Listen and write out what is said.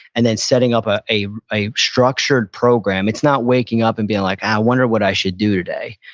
and then setting up ah a a structured program. it's not waking up and being like, ah, i wonder what i should do today?